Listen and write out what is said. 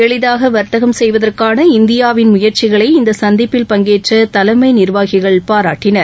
எளிதாக வர்த்தகம் செய்வதற்கான இந்தியாவின் முயற்சிகளை இந்த சந்திப்பில் பங்கேற்ற தலைமை நிர்வாகிகள் பாராட்டினர்